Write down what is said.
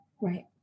Right